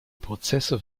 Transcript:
prozesse